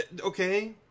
Okay